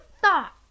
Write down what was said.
thought